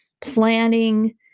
planning